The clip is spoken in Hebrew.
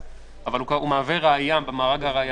אבל הוא מהווה ראיה במארג הראייתי.